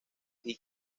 hip